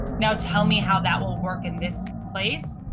now tell me how that will work in this place.